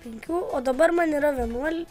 penkių o dabar man yra vienuol